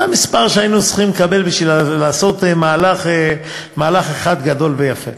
זה המספר שהיינו צריכים לקבל בשביל לעשות מהלך אחד גדול ויפה,